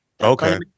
Okay